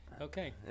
Okay